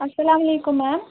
اَسلامُ علیکُم میم